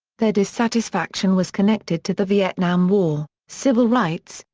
their dissatisfaction was connected to the vietnam war, civil rights,